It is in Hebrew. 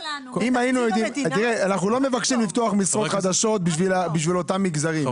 לא מבקשים לפתוח משרות חדשות בשביל אותם מגזרים.